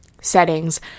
settings